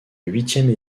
huitième